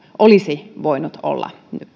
olisi voinut olla